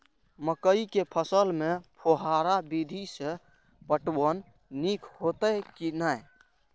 मकई के फसल में फुहारा विधि स पटवन नीक हेतै की नै?